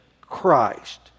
Christ